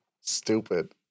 stupid